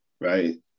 right